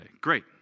Great